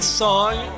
song